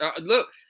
look